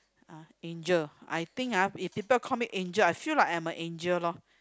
uh Angel I think ah if people call me Angel I feel I am a Angel loh